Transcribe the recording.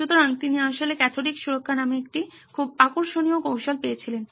সুতরাং তিনি আসলে ক্যাথোডিক সুরক্ষা নামে একটি খুব আকর্ষণীয় কৌশল পেয়েছিলেন